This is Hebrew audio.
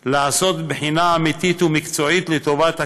לעשות בחינה אמיתית ומקצועית לטובת הכלל,